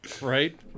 Right